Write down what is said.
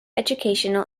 educational